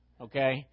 Okay